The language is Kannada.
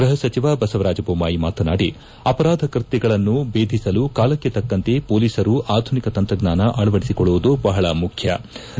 ಗೃಹ ಸಚಿವ ಬಸವರಾಜ ಬೊಮ್ದಾಯಿ ಮಾತನಾಡಿ ಅಪರಾಧ ಕೃತ್ಯಗಳನ್ನು ಬೇಧಿಸಲು ಕಾಲಕ್ಕೆ ತಕ್ಕಂತೆ ಪೊಲೀಸರು ಆಧುನಿಕ ತಂತ್ರಜ್ಞಾನ ಅಳವಡಿಸೊಳ್ಳುವುದು ಬಹಳ ಮುಖ್ಯವಾಗಿದೆ